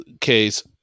case